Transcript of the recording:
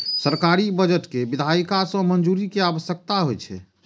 सरकारी बजट कें विधायिका सं मंजूरी के आवश्यकता होइ छै